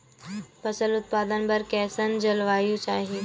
फसल उत्पादन बर कैसन जलवायु चाही?